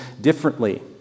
differently